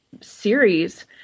series